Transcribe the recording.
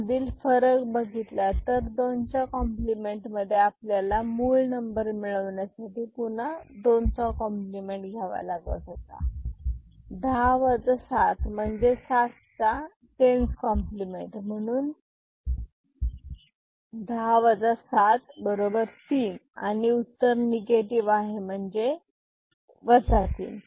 यामधील फरक बघितला तर दोनच्या कॉम्प्लिमेंट मध्ये आपल्याला मूळ नंबर मिळविण्यासाठी पुन्हा दोनचा कॉम्प्लिमेंट 2s compliment घ्यावा लागत होता दहा 7 म्हणजेच सातचा टेन्स कॉम्प्लिमेंट 10s compliment म्हणून 10 7 बरोबर 3 आणि उत्तर निगेटिव आहे म्हणजे 3